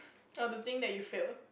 oh to think that you failed